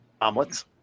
Omelets